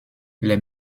les